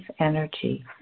energy